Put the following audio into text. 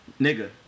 nigga